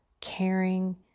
caring